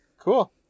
Cool